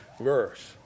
verse